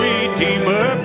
Redeemer